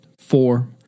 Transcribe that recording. Four